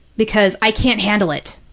because i can't handle it,